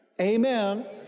Amen